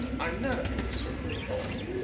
i'm not up in this sort of thing at all.